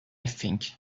think